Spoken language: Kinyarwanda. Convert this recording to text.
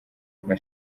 nka